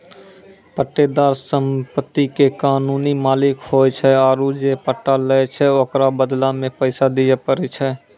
पट्टेदार सम्पति के कानूनी मालिक होय छै आरु जे पट्टा लै छै ओकरो बदला मे पैसा दिये पड़ै छै